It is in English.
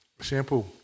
Shampoo